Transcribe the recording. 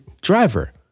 driver